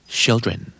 children